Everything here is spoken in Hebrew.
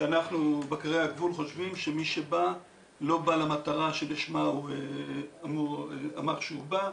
בקרי הגבול חושבים שמישהו בא לא למטרה שלשמה הוא אמר שהוא בא,